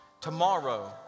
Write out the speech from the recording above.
Tomorrow